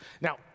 Now